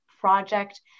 project